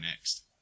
next